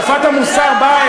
אל תטיף לנו מוסר.